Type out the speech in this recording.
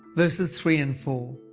verses three and four.